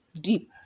deep